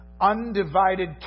undivided